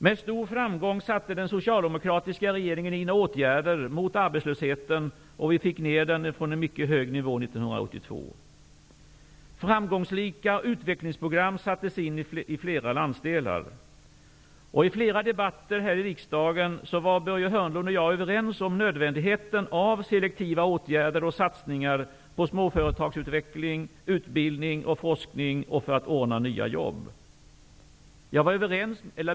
Med stor framgång satte den socialdemokratiska regeringen in åtgärder mot arbetslösheten, och vi fick ner den från en mycket hög nivå 1982. Framgångsrika utvecklingsprogram sattes in i flera landsdelar. I flera debatter här i riksdagen var Börje Hörnlund och jag överens om nödvändigheten av selektiva åtgärder och satsningar på småföretagsutveckling, utbildning och forskning för att ordna nya jobb.